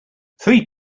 three